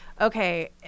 okay